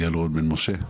יעל רון בן משה,